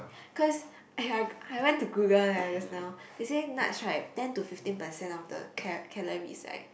cause !aiya! I I went to Google leh just now they say nuts right ten to fifteen percent of the cal~ calories like